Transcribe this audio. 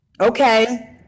Okay